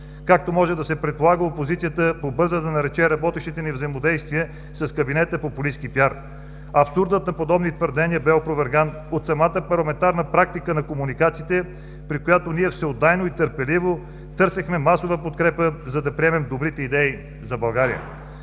Както може да се предполага, опозицията побърза да нарече работещите ни взаимодействия с кабинета „популистки PR“. Абсурдът на подобни твърдения бе опроверган от самата парламентарна практика на комуникациите, при която ние всеотдайно и търпеливо търсихме масова подкрепа, за да приемем добрите идеи за България.